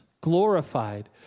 glorified